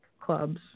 clubs